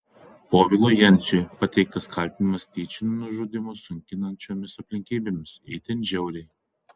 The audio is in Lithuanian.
povilui jenciui pateiktas kaltinimas tyčiniu nužudymu sunkinančiomis aplinkybėmis itin žiauriai